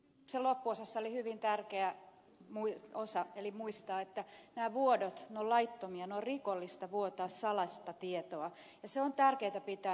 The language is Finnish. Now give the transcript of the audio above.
kysymyksen loppuosassa oli hyvin tärkeä osa eli se että pitää muistaa että nämä vuodot ovat laittomia on rikollista vuotaa salaista tietoa ja se on tärkeätä pitää nyt mielessä